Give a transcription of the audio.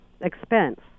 Expense